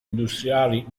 industriali